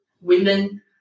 women